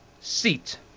seat